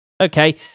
Okay